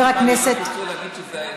סליחה,